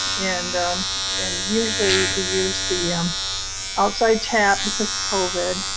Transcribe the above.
and and usually we use the um outside tap, because of covid,